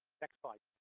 next slide,